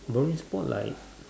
boring sport like